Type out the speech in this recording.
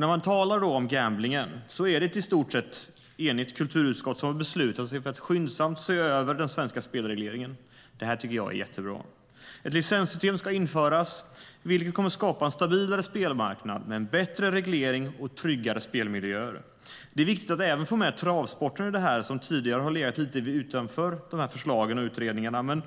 När man talar om gamblingen är det ett i stort sett enigt kulturutskott som har beslutat sig för att skyndsamt se över den svenska spelregleringen. Det här tycker jag är jättebra. Ett licenssystem ska införas, vilket kommer att skapa en stabilare spelmarknad med bättre reglering och tryggare spelmiljöer. Det är viktigt att även få med travsporten i detta. Den har tidigare legat lite utanför förslagen och utredningarna.